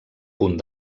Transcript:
punt